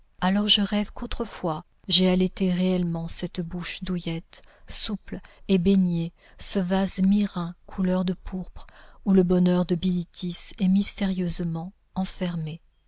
alors je rêve qu'autrefois j'ai allaité réellement cette bouche douillette souple et baignée ce vase myrrhin couleur de pourpre où le bonheur de bilitis est mystérieusement enfermé